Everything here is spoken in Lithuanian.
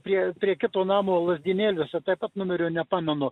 prie prie kito namo lazdynėliuose taip numerio nepamenu